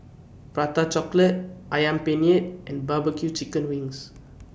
Prata Chocolate Ayam Penyet and barbecure Chicken Wings